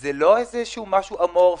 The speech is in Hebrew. זה לא איזה משהו אמורפי,